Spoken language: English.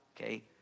Okay